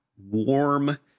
warm